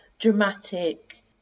dramatic